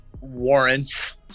warrants